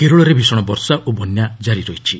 କେରଳରେ ଭୀଷଣ ବର୍ଷା ଓ ବନ୍ୟା କାରି ରହିଛି